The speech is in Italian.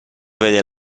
vede